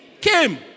Came